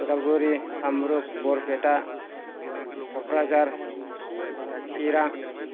Udalguri Kamrup Barpeta Kokrajhar Chirang